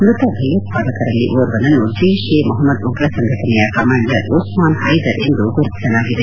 ಮೃತ ಭಯೋತ್ಪಾದಕರಲ್ಲಿ ಓರ್ವನನ್ನು ಜೈಷ್ ಎ ಮೊಹಮ್ನದ್ ಉಗ್ರ ಸಂಘಟನೆಯ ಕಮಾಂಡರ್ ಉಸ್ವಾನ್ ಪೈದರ್ ಎಂದು ಗುರುತಿಸಲಾಗಿದೆ